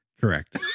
Correct